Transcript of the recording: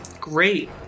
great